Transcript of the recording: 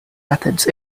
methods